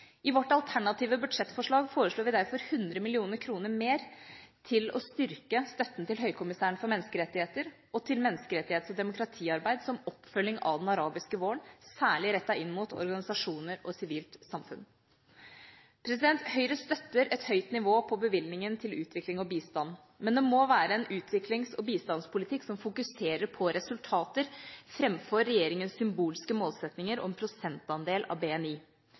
I vårt alternative budsjettforslag foreslår vi derfor 100 mill. kr mer til å styrke støtten til Høykommissæren for menneskerettigheter og til menneskerettighets- og demokratiarbeid som oppfølging av den arabiske våren, særlig rettet inn mot organisasjoner og sivilt samfunn. Høyre støtter et høyt nivå på bevilgningen til utviklingen og bistand. Men det må være en utviklings- og bistandspolitikk som fokuserer på resultater framfor regjeringas symbolske målsettinger om prosentandel av BNI.